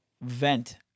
vent